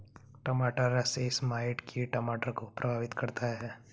टमाटर russet mite कीट टमाटर को प्रभावित करता है